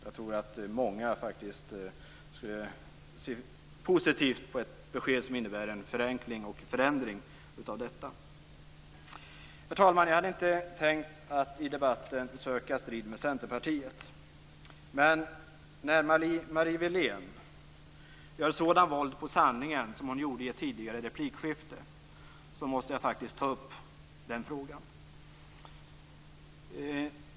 Jag tror att många skulle se positivt på ett besked som innebär en förenkling och förändring av detta. Herr talman! Jag hade inte tänkt söka strid med Centerpartiet i debatten, men Marie Wilén gjorde sådant våld på sanningen i ett tidigare replikskifte att jag måste ta upp den frågan.